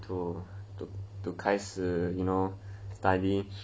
to to 开始 you know study